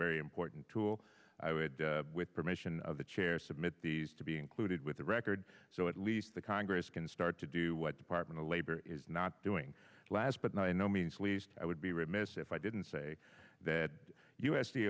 very important tool i would with permission of the chair submit these to be included with the record so at least the congress can start to do what department of labor is not doing last but not in no means least i would be remiss if i didn't say that u